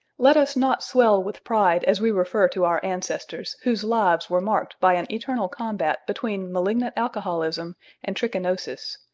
let us not swell with pride as we refer to our ancestors, whose lives were marked by an eternal combat between malignant alcoholism and trichinosis.